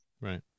right